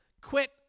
Quit